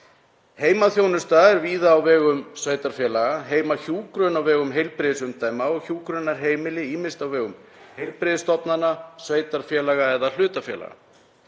Heimaþjónusta er víða á vegum sveitarfélaga, heimahjúkrun á vegum heilbrigðisumdæma og hjúkrunarheimili ýmist á vegum heilbrigðisstofnana, sveitarfélaga eða hlutafélaga.